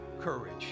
Courage